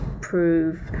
prove